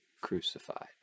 crucified